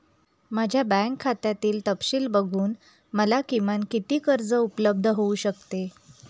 माझ्या बँक खात्यातील तपशील बघून मला किमान किती कर्ज उपलब्ध होऊ शकते?